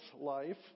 life